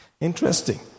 Interesting